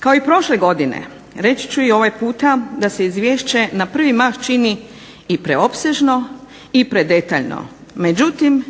Kao i prošle godine reći ću i ovaj puta da se izvješće na prvi mah čini i preopsežno i predetaljno, međutim